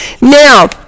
Now